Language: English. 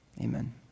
Amen